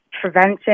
prevention